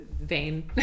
vain